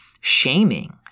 shaming